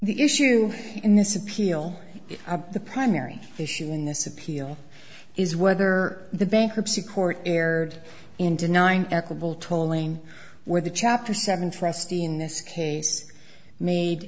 the issue in this appeal the primary issue in this appeal is whether the bankruptcy court aired in denying equable tolling where the chapter seven trustee in this case made